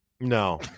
No